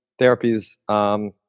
therapies